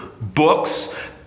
books